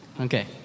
Okay